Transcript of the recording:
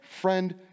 Friend